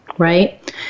Right